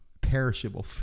perishable